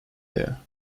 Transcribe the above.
there